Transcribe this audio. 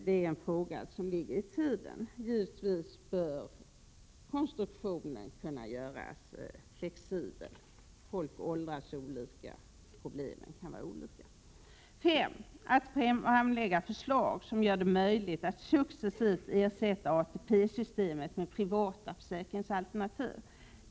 Det är en fråga som ligger i tiden. Givetvis bör konstruktionen kunna göras flexibel. Människor åldras olika, och problemen kan vara olika. 5. Att förslag framläggs som gör det möjligt att successivt ersätta ATP-systemet med privata försäkringsalternativ.